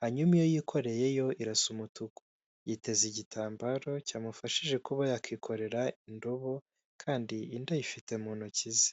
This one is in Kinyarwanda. hanyuma iyo yikoreyeyo irasa umutuku. Yiteze igitambaro cyamufashije kuba yakikorera indobo kandi indi ayifite mu ntoki ze.